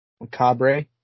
Macabre